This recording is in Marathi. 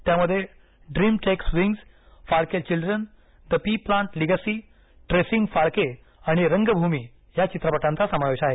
त्यामध्ये dream takes wings Phalke children the pea plant legacy tracing Phalke आणि रंगभूमी या चित्रपटांचा समावेश आहे